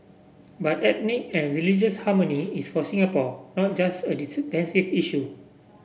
but ethnic and religious harmony is for Singapore not just a defensive issue